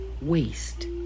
waste